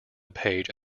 page